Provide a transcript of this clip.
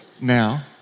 now